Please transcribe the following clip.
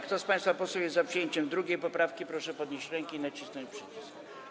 Kto z państwa posłów jest za przyjęciem 2. poprawki, proszę podnieść rękę i nacisnąć przycisk.